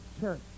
church